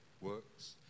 works